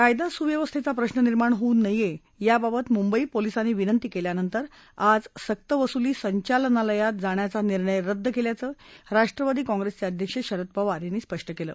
कायदा सुव्यवस्थेचा प्रश्न निर्माण होऊ नये याबाबत मुंबई पोलिसांनी विनंती केल्यानंतर आज सक्तवसुली संचालनालयात जाण्याचा निर्णय रद्द केल्याचं राष्ट्रवादी काँप्रेसचे अध्यक्ष शरद पवार यांनी स्पष्ट केलं